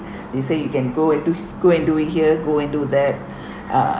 they say you can go into go into here go into that uh